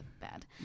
bad